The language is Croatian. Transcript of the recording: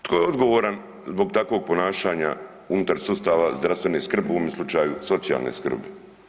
Tko je odgovoran zbog takvog ponašanja unutar sustava zdravstvene skrbi u ovome slučaju socijalne skrbi?